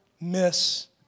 miss